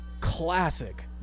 classic